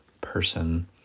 person